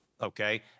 okay